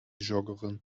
joggerin